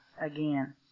again